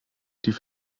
die